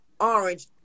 orange